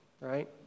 right